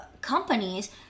companies